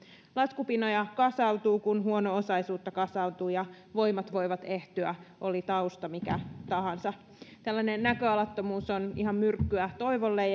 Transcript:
laskupinoja kasautuu kun huono osaisuus kasautuu ja voimat voivat ehtyä oli tausta mikä tahansa tällainen näköalattomuus on ihan myrkkyä toivolle